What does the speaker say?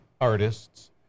artists